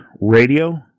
radio